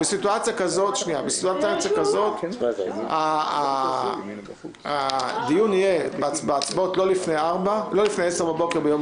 בסיטואציה כזאת הדיון בהצבעות יהיה לא לפני 10:00 ביום